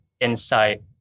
insight